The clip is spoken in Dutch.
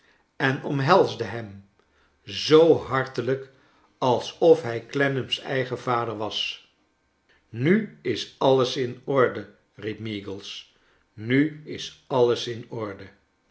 en omhelsde hem zoo hartelijk alsof hij clennam's eigen vader was nu is alles in orde riep meagles nu is alles in orde